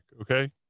okay